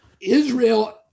Israel